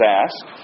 asked